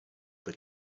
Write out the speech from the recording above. that